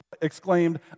exclaimed